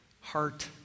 heart